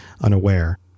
unaware